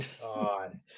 god